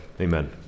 amen